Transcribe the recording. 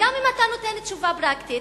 וגם אם אתה נותן תשובה פרקטית,